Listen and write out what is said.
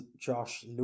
Josh